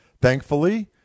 thankfully